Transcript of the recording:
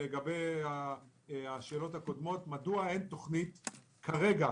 לגבי השאלות הקודמות, מדוע אין תוכנית כרגע.